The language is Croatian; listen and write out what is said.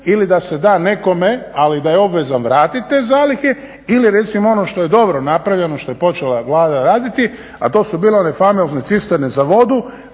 ili da se da nekome, ali da je obvezan vratit te zalihe. Ili recimo ono što je dobro napravljeno, što je počela Vlada raditi, a to su bile one famozne cisterne za vodu